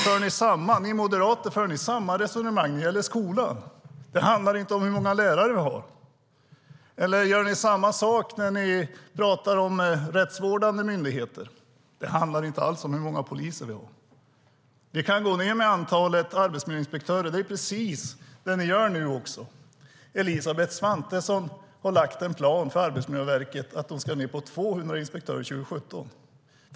För ni moderater samma resonemang när det gäller skolan, alltså att det inte handlar om hur många lärare vi har? För ni samma resonemang när ni talar om rättsvårdande myndigheter, alltså att det inte handlar om hur många poliser vi har? Man kan alltså minska antalet arbetsmiljöinspektörer. Det är också precis det ni gör nu. Elisabeth Svantesson har lagt fram en plan för Arbetsmiljöverket som innebär att de ska ned till 200 inspektörer 2017.